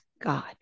God